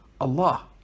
allah